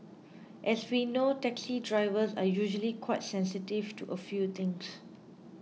as we know taxi drivers are usually quite sensitive to a few things